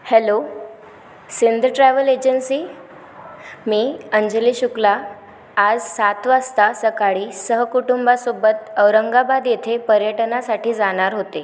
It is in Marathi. हॅलो सिंध ट्रॅवल एजन्सी मी अंजली शुक्ला आज सात वाजता सकाळी सहकुटुंबासोबत औरंगाबाद येथे पर्यटनासाठी जाणार होते